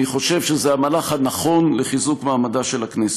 אני חושב שזה המהלך הנכון לחיזוק מעמדה של הכנסת.